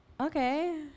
okay